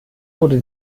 wurde